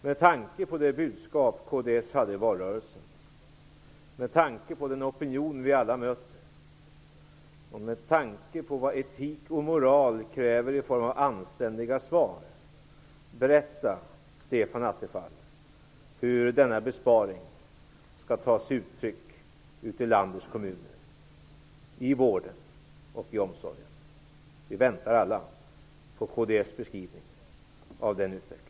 Med tanke på det budskap som kds hade i valrörelsen, med tanke på den opinion vi alla möter och med tanke på vad etik och moral kräver i form av anständiga svar -- berätta hur denna besparing skall ta sig uttryck i landets kommuner, i vården och i omsorgen, Stefan Attefall! Vi väntar alla på kds beskrivning av den utvecklingen.